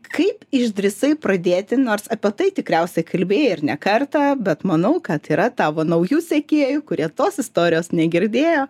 kaip išdrįsai pradėti nors apie tai tikriausiai kalbėjai ir ne kartą bet manau kad yra tavo naujų sekėjų kurie tos istorijos negirdėjo